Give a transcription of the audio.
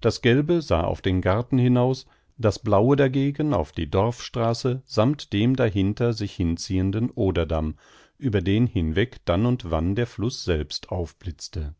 das gelbe sah auf den garten hinaus das blaue dagegen auf die dorfstraße sammt dem dahinter sich hinziehenden oderdamm über den hinweg dann und wann der fluß selbst aufblitzte